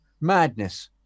Madness